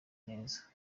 neza